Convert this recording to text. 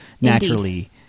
naturally